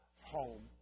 home